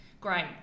great